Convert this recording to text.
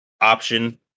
option